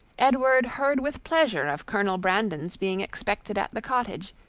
edward heard with pleasure of colonel brandon's being expected at the cottage,